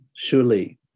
Surely